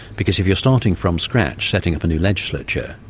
because if you're starting from scratch, setting up a new legislature,